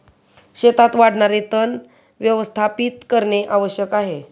शेतात वाढणारे तण व्यवस्थापित करणे आवश्यक आहे